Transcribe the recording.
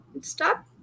stop